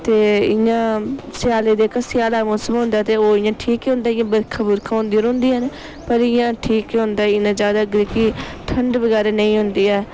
ते इयां सेयाल जेह्का सेयाल दा मौसम होंदा ओह् इयां ठीक गै होंदा इयां बरखा बुरखा होंदी रौंह्दियां न पर इयां ठीक ही होंदा ऐ इन्ना ज्यादा जेह्की ठंड बगैरा नेईं होंदी ऐ